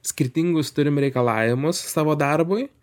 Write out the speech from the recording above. skirtingus turim reikalavimus savo darbui